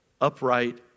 upright